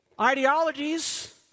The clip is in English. ideologies